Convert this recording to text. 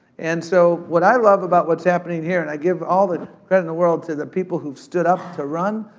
and so, what i love about what's happening here, and i give all the credit in the world to the people who've stood up to run,